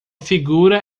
figura